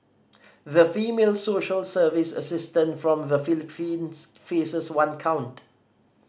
the female social service assistant from the Philippines faces one count